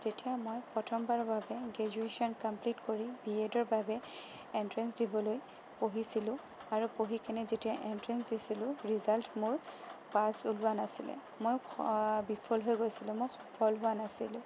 যেতিয়া মই প্ৰথমবাৰৰ বাবে গ্ৰেজুৱেচন কমপ্লিট কৰি বি এডৰ বাবে এণ্ট্ৰেঞ্চ দিবলৈ পঢ়িছিলোঁ আৰু পঢ়ি পেলাই যেতিয়া এণ্ট্ৰেঞ্চ দিছিলোঁ ৰিজাল্ট মোৰ পাছ ওলোৱা নাছিলে মই বিফল হৈ গৈছিলোঁ মই সফল হোৱা নাছিলোঁ